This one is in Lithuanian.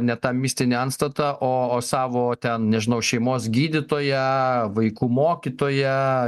ne tą mistinį antstatą o savo ten nežinau šeimos gydytoją vaikų mokytoją